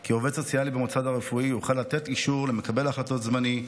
כי עובד סוציאלי במוסד הרפואי יוכל לתת אישור למקבל החלטות זמני,